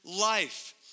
life